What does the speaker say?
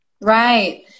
Right